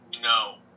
No